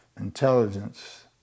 intelligence